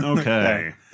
Okay